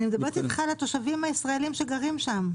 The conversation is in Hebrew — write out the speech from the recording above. אני מדברת על התושבים הישראליים שגרים שם.